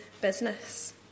business